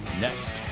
Next